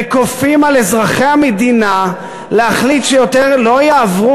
וכופים על אזרחי המדינה להחליט שיותר לא יעברו